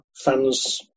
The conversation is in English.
fans